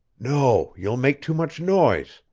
no, you'll make too much noise,